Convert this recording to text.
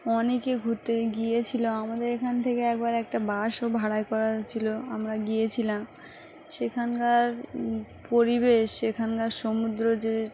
অনেকে ঘুরতে গিয়েছিল আমাদের এখান থেকে একবার একটা বাসও ভাড়া করা হয়ছিল আমরা গিয়েছিলাম সেখানকার পরিবেশ সেখানকার সমুদ্র যে